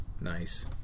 Nice